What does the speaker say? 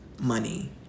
money